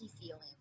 feeling